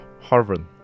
Harvard